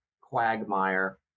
quagmire